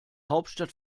hauptstadt